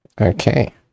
Okay